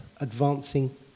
advancing